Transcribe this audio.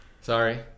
Sorry